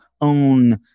own